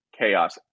chaos